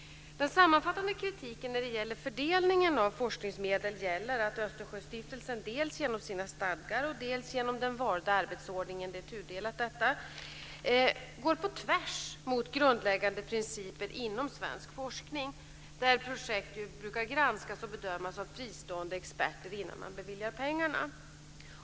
Den sammanfattande kritiken när det gäller fördelningen av forskningsmedel gäller att Östersjöstiftelsen dels genom sina stadgar, dels genom den valda arbetsordningen - detta är tudelat - går på tvärs emot grundläggande principer inom svensk forskning, där projekt brukar granskas och bedömas av fristående experter innan pengarna beviljas.